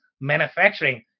manufacturing